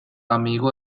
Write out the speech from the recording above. amigo